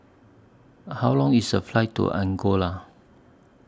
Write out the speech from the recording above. How Long IS The Flight to Angola